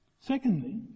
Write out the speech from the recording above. Secondly